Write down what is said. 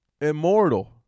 immortal